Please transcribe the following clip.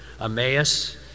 Emmaus